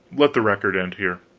let the record end here.